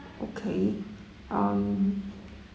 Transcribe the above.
okay um